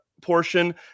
portion